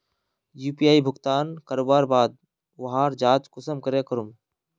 UPI भुगतान करवार बाद वहार जाँच कुंसम करे करूम?